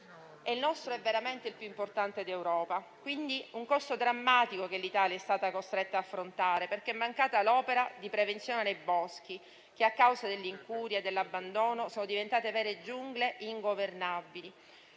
Il nostro è veramente il più importante d'Europa, quindi è un costo drammatico quello che l'Italia è stata costretta ad affrontare, perché è mancata l'opera di prevenzione nei boschi, che, a causa dell'incuria e dell'abbandono, sono diventate vere giungle ingovernabili.